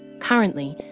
currently,